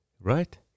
Right